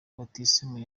batisimu